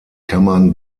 kammern